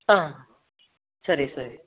ஆ சரி சரி